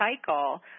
cycle